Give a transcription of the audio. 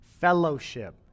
fellowship